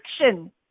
action